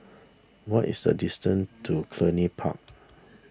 what is the distance to Cluny Park